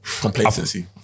Complacency